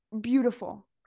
beautiful